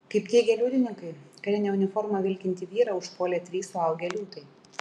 kaip teigia liudininkai karine uniforma vilkintį vyrą užpuolė trys suaugę liūtai